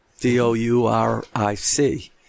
D-O-U-R-I-C